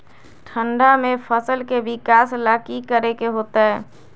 ठंडा में फसल के विकास ला की करे के होतै?